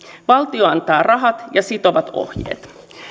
valtio antaa rahat ja sitovat ohjeet